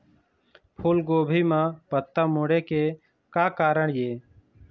फूलगोभी म पत्ता मुड़े के का कारण ये?